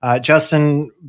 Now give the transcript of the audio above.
Justin